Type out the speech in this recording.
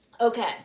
Okay